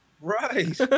Right